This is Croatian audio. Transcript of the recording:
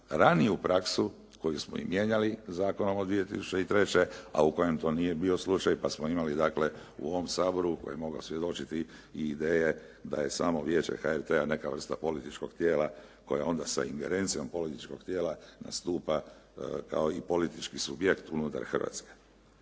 raniju praksu koju smo i mijenjali zakonom od 2003. a u kojem to nije bilo slučaj pa smo imali dakle u ovom Saboru koji je mogao svjedočiti i ideje da je samo vijeće HRT-a neka vrsta političkog tijela koja onda sa ingerencijom političkog tijela nastupa kao i politički subjekt unutar Hrvatske.